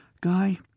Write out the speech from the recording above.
Guy